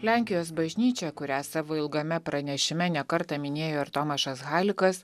lenkijos bažnyčia kurią savo ilgame pranešime ne kartą minėjo ir tomašas halikas